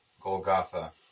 Golgotha